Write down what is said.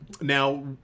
Now